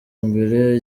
mbere